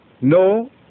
no